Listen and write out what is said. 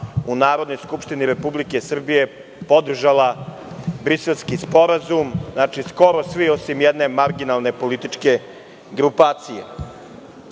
u Narodnoj skupštini Republike Srbije podržala Briselski sporazum. Znači, skoro svi osim jedne marginalne političke grupacije. Iskoristio